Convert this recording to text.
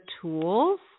tools